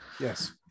yes